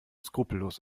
skrupellos